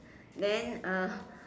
then